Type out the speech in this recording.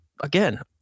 Again